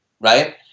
right